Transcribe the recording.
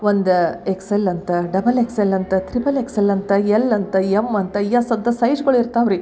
ಒಂದು X L ಅಂತ double X L ಅಂತ ತ್ರಿಬಲ್ ಎಕ್ಸ್ ಎಲ್ ಅಂತ ಎಲ್ ಅಂತ ಎಮ್ ಅಂತ ಎಸ್ ಅಂತ ಸೈಜ್ಗಳು ಇರ್ತಾವೆ ರೀ